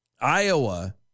Iowa